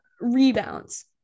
rebounds